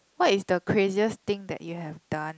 what is the craziest thing that you have done